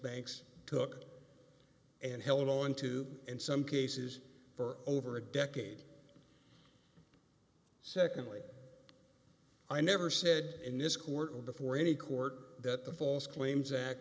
banks took and held on to in some cases for over a decade secondly i never said in this court or before any court that the false claims